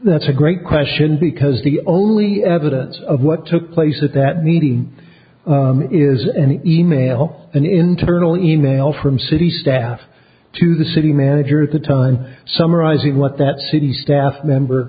that's a great question because the only evidence of what took place at that meeting is an e mail an internal e mail from city staff to the city manager at the time summarizing what that city staff member